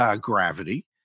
gravity